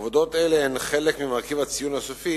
עבודות אלה הן חלק, מרכיב בציון הסופי